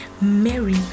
Mary